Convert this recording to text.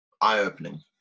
eye-opening